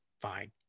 fine